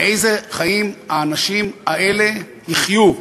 איזה חיים האנשים האלה יחיו: